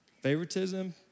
Favoritism